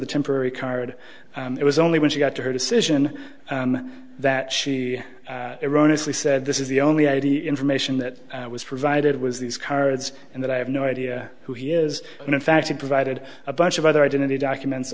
the temporary card it was only when she got to her decision that she iran as we said this is the only id information that was provided was these cards and that i have no idea who he is and in fact he provided a bunch of other identity documents